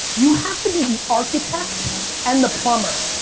you have to be be architect and the plumber.